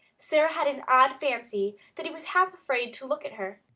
sara had an odd fancy that he was half afraid to look at her.